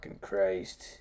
Christ